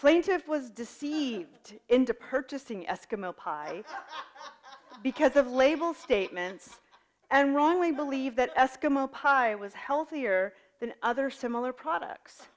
plaintiff was deceived into purchasing eskimo pie because of label statements and wrongly believe that eskimo pyar was healthier than other similar products